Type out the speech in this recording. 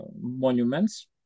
monuments